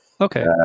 Okay